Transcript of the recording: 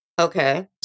Okay